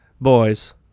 boys